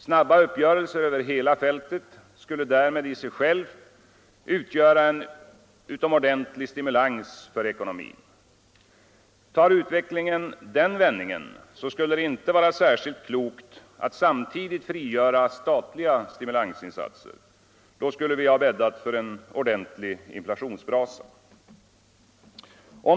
Snabba uppgörelser över hela fältet skulle därmed i sig själva utgöra en utomordentlig stimulans för ekonomin. Tar utvecklingen den vändningen skulle det inte vara särskilt klokt att samtidigt frigöra statliga stimulansinsatser. Då skulle vi ha bäddat för en ordentlig inflationsbrasa.